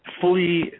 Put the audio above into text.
fully